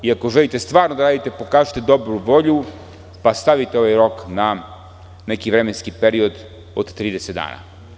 Iako želite stvarno da radite pokažite dobru volju pa stavite ovaj rok na neki vremenski period od 30 dana.